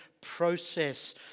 process